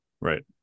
right